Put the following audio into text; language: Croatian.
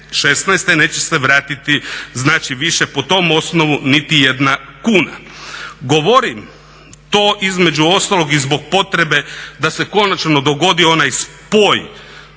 '16.-te neće se vratiti znači više po tom osnovu niti jedna kuna. Govorim to između ostalog i zbog potrebe da se konačno dogodi onaj spoj